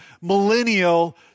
millennial